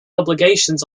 obligations